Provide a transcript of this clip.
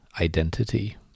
identity